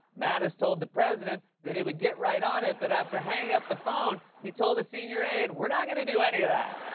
mattis told the president that he would get right on it, but after hanging up the phone, he told a senior aide, we're not gonna do any of that.